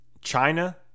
China